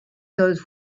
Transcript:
those